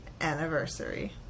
anniversary